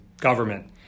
government